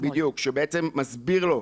בדיוק, שהוא בעצם מסביר לו.